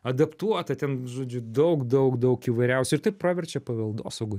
adaptuota ten žodžiu daug daug daug įvairiausių ir tai praverčia paveldosaugoj